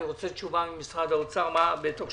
אני מבקש